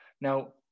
Now